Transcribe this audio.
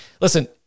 listen